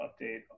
update